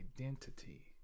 identity